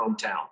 hometown